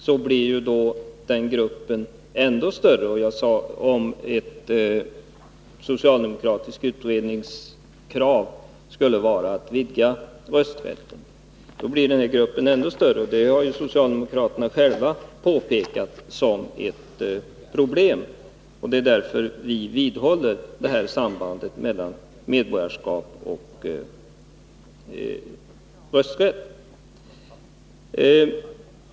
Den gruppen blir ju ännu större, om ett socialdemokratiskt utredningskrav skulle vara att vidga rösträtten. Det har socialdemokraterna själva pekat på som ett problem, och det är därför vi vidhåller sambandet mellan medborgarskap och rösträtt.